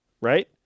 Right